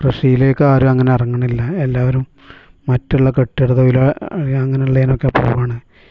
കൃഷിയിലേക്കാരും അങ്ങനെയിറങ്ങണില്ല എല്ലാവരും മറ്റുള്ള കെട്ടിട തൊയ്ലാ അങ്ങനെയുള്ളതിനൊക്കെ പോകുകയാണ്